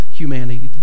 humanity